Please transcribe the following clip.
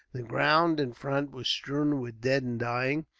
the ground in front was strewn with dead and dying,